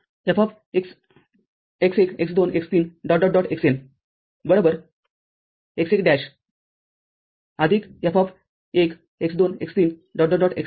Fx1 x2 x3 xN x1' F1 x2 x3 xN